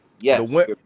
Yes